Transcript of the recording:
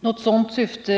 Något sådant syfte ligger.